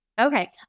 Okay